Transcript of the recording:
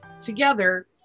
together